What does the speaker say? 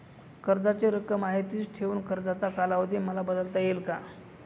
कर्जाची रक्कम आहे तिच ठेवून कर्जाचा कालावधी मला बदलता येईल का?